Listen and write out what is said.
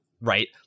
right